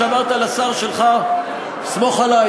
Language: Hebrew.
שאמרת לשר שלך: סמוך עלי,